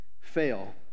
fail